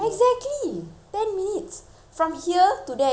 from here to there if I take a bike it's ten minutes